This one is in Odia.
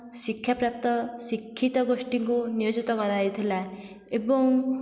ଶିକ୍ଷା ପ୍ରାପ୍ତ ଶିକ୍ଷିତ ଗୋଷ୍ଠୀଙ୍କୁ ନିୟୋଜିତ କରାଯାଇଥିଲା ଏବଂ